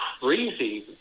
crazy